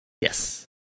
Yes